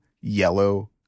yellow